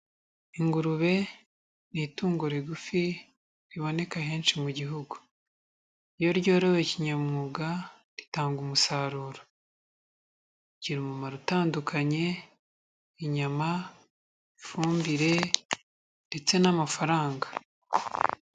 Ingurube ni itungo rigufi riboneka henshi mu gihugu, iyo ryorowe kinyamwuga ritanga umusaruro, rigira umumaro utandukanye, inyama ifumbire ndetse n'amafaranga.